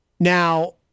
Now